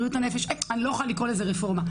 בריאות הנפש אני לא יכולה לקרוא לזה רפורמה,